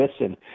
Listen